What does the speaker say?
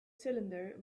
cylinder